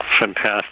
Fantastic